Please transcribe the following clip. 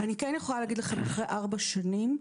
אני כן יכולה להגיד לכם אחרי ארבע שנים,